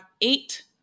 eight